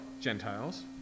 gentiles